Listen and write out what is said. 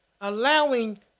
allowing